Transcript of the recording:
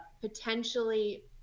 potentially